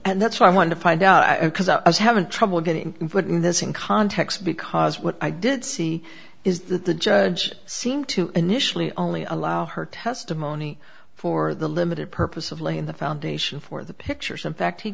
and that's what i wanted to find out because i was having trouble getting input in this in context because what i did see is that the judge seemed to initially only allow her testimony for the limited purpose of laying the foundation for the pictures in fact he